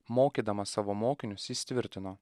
mokydamas savo mokinius jis tvirtino